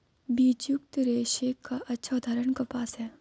बीजयुक्त रेशे का अच्छा उदाहरण कपास है